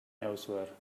elsewhere